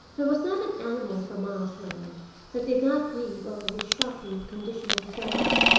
there was not an animal for miles round that did not grieve over this shocking condition of affairs,